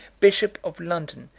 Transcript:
bishop of london,